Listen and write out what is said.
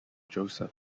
joseph